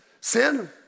Sin